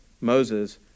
Moses